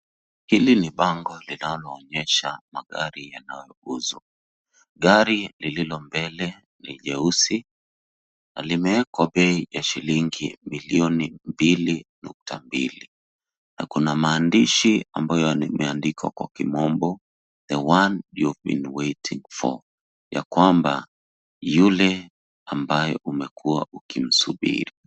Hili ni bango linaloonyesha magari yanayouzwa. Gari lililo mbele ni jeusi na limewekwa bei ya shilingi milioni mbili nukta mbili na kuna maandishi ambayo yameandikwa kwa kimombo , the one you've been waiting for , ya kwamba yule ambaye umekuwa ukimsubiri.